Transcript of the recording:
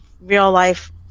real-life